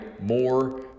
more